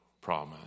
promise